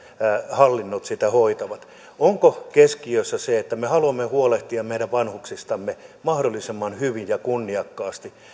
hallinnot sitä hoitavat onko keskiössä se että me haluamme huolehtia meidän vanhuksistamme mahdollisimman hyvin ja kunniakkaasti